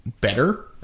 better